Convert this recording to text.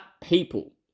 people